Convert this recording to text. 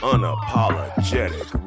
Unapologetic